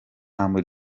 humble